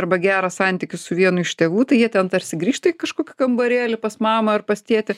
arba gerą santykį su vienu iš tėvų tai jie ten tarsi grįžta į kažkokį kambarėlį pas mamą ar pas tėtį